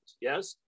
yes